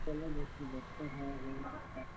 चलो देखते हैं